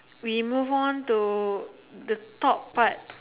we move on to the top part